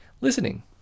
listening